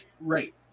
Right